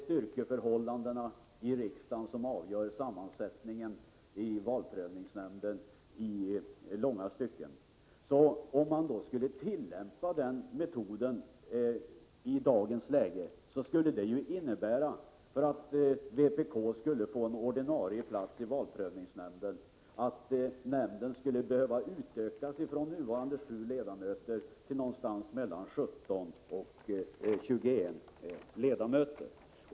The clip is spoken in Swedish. Styrkeförhållandena i riksdagen avgör i långa stycken valprövningsnämndens sammansättning. Att tillämpa den föreslagna metoden, där alltså vpk får en ordinarie plats i valprövningsnämnden, innebär en utökning från nuvarande 7 ledamöter till mellan 17 och 21 ledamöter.